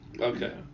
Okay